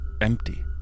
empty